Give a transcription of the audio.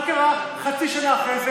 מה קרה חצי שנה אחרי זה?